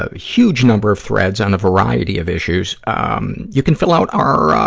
ah huge number of threads on a variety of issues. um you can fill out our,